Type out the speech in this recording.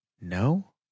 No